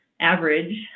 average